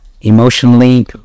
emotionally